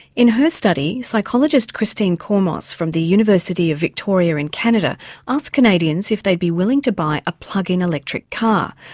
in her study psychologist christine kormos from the university of victoria in canada asked canadians if they'd be willing to buy a plug-in electric car.